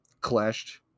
clashed